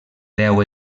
deu